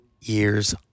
years